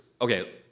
Okay